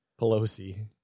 Pelosi